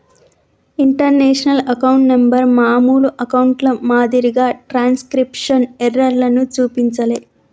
international account number మామూలు అకౌంట్ల మాదిరిగా ట్రాన్స్క్రిప్షన్ ఎర్రర్లను చూపించలే